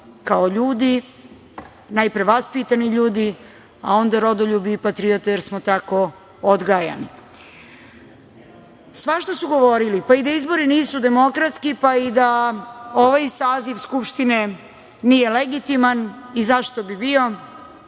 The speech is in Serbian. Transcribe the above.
kao ljudi, najpre vaspitani ljudi, a onda rodoljubi i patriote, jer smo tako odgajani. Svašta su govorili, pa i da izbori nisu demokratski, pa i da ovaj saziv Skupštine nije legitiman i zašto bi bio,